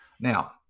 Now